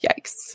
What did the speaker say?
Yikes